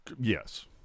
Yes